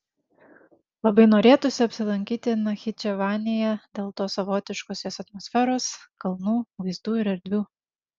labai norėtųsi apsilankyti nachičevanėje dėl tos savotiškos jos atmosferos kalnų vaizdų ir erdvių